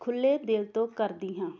ਖੁੱਲ੍ਹੇ ਦਿਲ ਤੋਂ ਕਰਦੀ ਹਾਂ